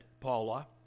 Paula